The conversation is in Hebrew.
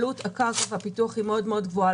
עלות הקרקע והפיתוח היא מאוד מאוד גבוהה.